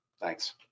thanks